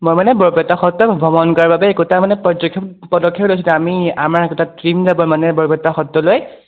মই মানে বৰপেটা সত্ৰত ভ্ৰমণ কৰাৰ বাবে একোটা মানে পদক্ষেপ লৈছোঁ আমি আমাৰ একোটা টীম যাব মানে বৰপেটা সত্ৰলৈ